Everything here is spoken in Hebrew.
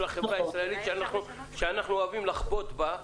החברה הישראלית שאנחנו אוהבים לחבוט בה,